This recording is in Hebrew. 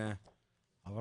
חבר